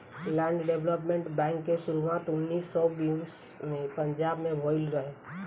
land development bank के शुरुआत उन्नीस सौ बीस में पंजाब में भईल रहे